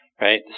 right